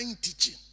teaching